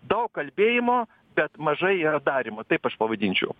daug kalbėjimo bet mažai yra darymo taip aš pavadinčiau